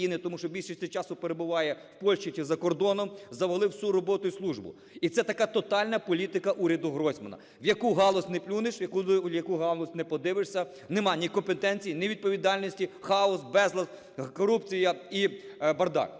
тому що більшість часу перебуває в Польщі чи за кордоном, завалив всю роботу і службу. І це така тотальна політика уряду Гройсмана, в яку галузь не плюнеш, в яку галузь не подивишся, немає ні компетенції, ні відповідальності, хаос, безлад, корупція і бардак.